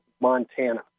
Montana